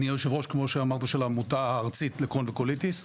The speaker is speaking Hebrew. אני יושב-ראש העמותה הארצית לקרוהן וקוליטיס.